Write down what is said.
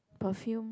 perfume